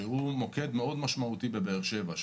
שהוא מוקד מאוד משמעותי בבאר שבע,